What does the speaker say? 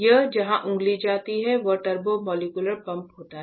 यहां जहां उंगली जाती है वहां टर्बोमोलेक्यूलर पंप होता है